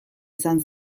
izan